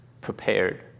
prepared